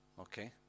Okay